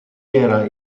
era